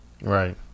right